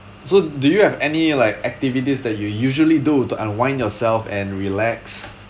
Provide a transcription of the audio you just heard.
so do you have any like activities that you usually do to unwind yourself and relax